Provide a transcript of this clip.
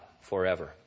forever